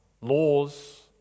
laws